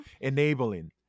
Enabling